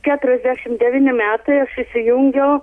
keturiasdešim devyni metai aš įsijungiau